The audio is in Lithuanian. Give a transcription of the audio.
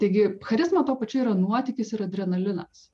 taigi charizma tuo pačiu yra nuotykis ir adrenalinas